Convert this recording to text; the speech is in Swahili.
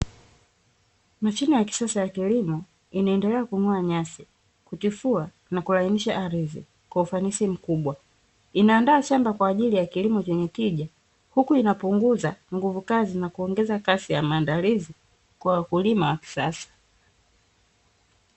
Mashine ya kisasa ya kilimo inaendelea kung'oa nyasi, kutifua na kulainisha ardhi kwa ufanisi mkubwa. Inaandaa shamba kwa ajili ya kilimo chenye tija huku inapunguza nguvu kazi na kuongeza kasi ya maandalizi kwa wakulima wa kisasa.